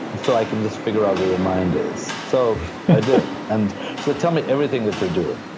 so i can just figure out where your mind is. so i did, and she said, tell me everything that you're doing.